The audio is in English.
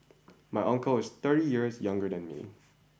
my uncle is thirty years younger than me